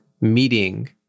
meeting